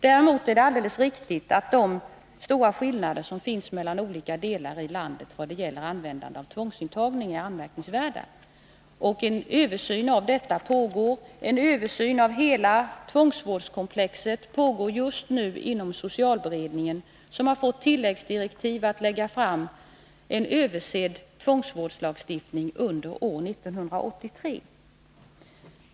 Däremot är det alldeles riktigt att de stora skillnader som finns mellan olika delar av landet när det gäller användningen av tvångsintagning är anmärkningsvärda. En översyn av detta pågår. En översyn av hela tvångsvårdskomplexet pågår just nu inom socialberedningen, som fått tilläggsdirektiv att lägga fram förslag till en ny tvångsvårdslag stiftning under år 1983.